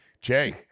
Jay